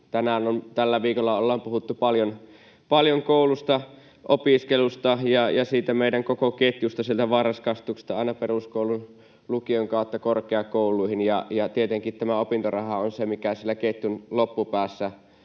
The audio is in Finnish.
tällä viikolla, on puhuttu paljon koulusta, opiskelusta ja siitä meidän koko ketjusta sieltä varhaiskasvatuksesta aina peruskoulun, lukion kautta korkeakouluihin. Tietenkin tämä opintoraha on se, mikä siellä ketjun loppupäässä